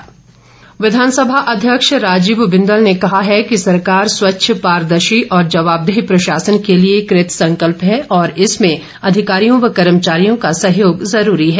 बिंदल विधानसभा अध्यक्ष राजीव बिंदल ने कहा है कि सरकार स्वच्छ पारदर्शी और जवाबदेह प्रशासन के लिए कृत संकल्प है और इसमें अधिकारियों व कर्मचारियों का सहयोग ज़रूरी है